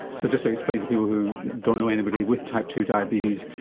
so just to explain to people who don't know anybody with type two diabetes,